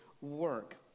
work